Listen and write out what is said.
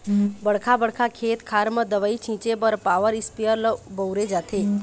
बड़का बड़का खेत खार म दवई छिंचे बर पॉवर इस्पेयर ल बउरे जाथे